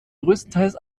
größtenteils